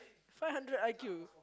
five hundred I_Q